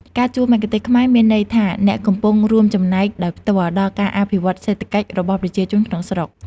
ការជួលមគ្គុទ្ទេសក៍ខ្មែរមានន័យថាអ្នកកំពុង រួមចំណែកដោយផ្ទាល់ ដល់ការអភិវឌ្ឍន៍សេដ្ឋកិច្ចរបស់ប្រជាជនក្នុងស្រុក។